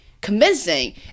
convincing